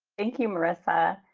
thank you, marissa.